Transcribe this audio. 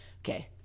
okay